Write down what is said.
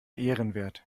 ehrenwert